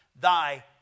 thy